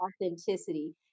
authenticity